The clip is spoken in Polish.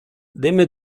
dymy